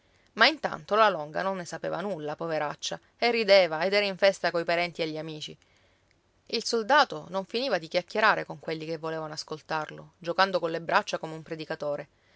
ma intanto la longa non ne sapeva nulla poveraccia e rideva ed era in festa coi parenti e gli amici il soldato non finiva di chiacchierare con quelli che volevano ascoltarlo giocando colle braccia come un predicatore